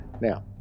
now